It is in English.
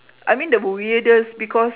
I mean the weirdest because